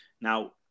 Now